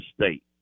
State